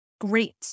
great